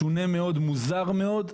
משונה מאוד, מוזר מאוד.